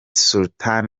sultan